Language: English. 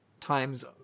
times